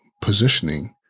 positioning